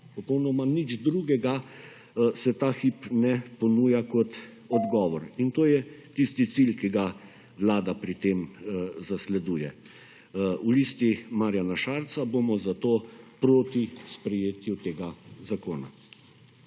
Popolnoma nič drugega se ta hip ne ponuja kot odgovor. In to je tisti cilj, ki ga Vlada pri tem zasleduje. V Listi Marjana Šarca bomo zato proti sprejetju tega zakona.